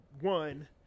one